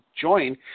join